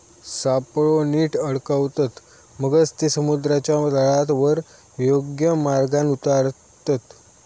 सापळो नीट अडकवतत, मगच ते समुद्राच्या तळावर योग्य मार्गान उतारतत